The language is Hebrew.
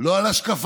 הצעת